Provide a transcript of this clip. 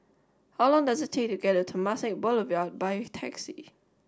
how long does it take to get to Temasek Boulevard by taxi